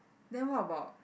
then what about